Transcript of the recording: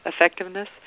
effectiveness